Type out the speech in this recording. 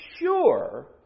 sure